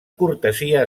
cortesia